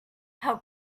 how